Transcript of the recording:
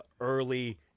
early